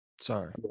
Sorry